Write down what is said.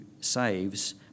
saves